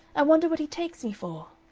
i wonder what he takes me for?